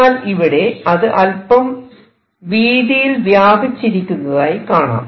എന്നാൽ ഇവിടെ അത് അല്പം വീതിയിൽ വ്യാപിച്ചിരിക്കുന്നതായി കാണാം